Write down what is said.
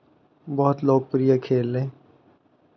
बहुत लोकप्रिय खेल है